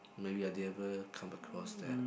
maybe I never come across that